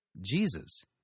Jesus